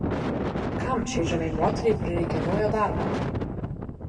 kam šiai žaviai moteriai prireikė naujo darbo